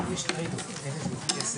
הישיבה ננעלה בשעה